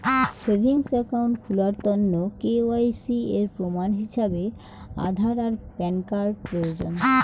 savings account খুলার তন্ন KYC এর প্রমাণ হিছাবে আধার আর প্যান কার্ড প্রয়োজন